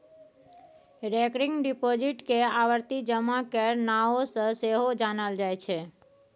recurring deposit केँ आवर्ती जमा केर नाओ सँ सेहो जानल जाइ छै